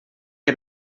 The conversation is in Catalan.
que